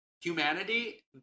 humanity